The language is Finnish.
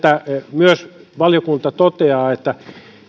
myös valiokunta toteaa että